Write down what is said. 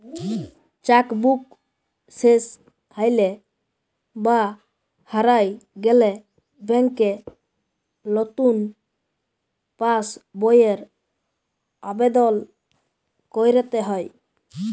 cheque book শেস হৈলে বা হারায় গেলে ব্যাংকে লতুন পাস বইয়ের আবেদল কইরতে হ্যয়